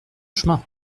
chemin